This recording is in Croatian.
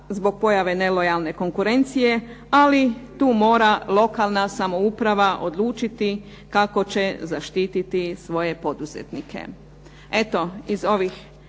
zbog pojave nelojalne konkurencije ali to mora lokalna samouprava odrediti kako će zaštititi svoje poduzetnike. Eto iz ovih